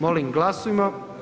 Molim glasujmo.